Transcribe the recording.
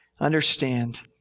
understand